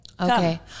okay